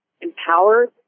empowered